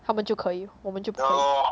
他们就可以我们就不可以